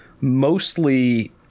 mostly